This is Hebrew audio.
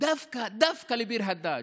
דווקא לביר הדאג',